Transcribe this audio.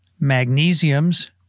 magnesiums